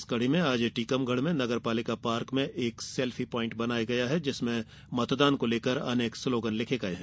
इस कड़ी में आज टीकमगढ़ के नगर पालिका पार्क में एक सेल्फी पाइण्ट बनाया गया है जिसमें मतदान को लेकर अनेक स्लोगन लिखे गये हैं